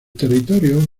territorio